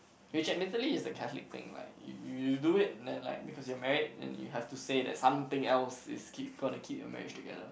which is mentally is the Catholic thing like you you do it then like because you are married and you have to say that something else is keep gonna keep your marriage together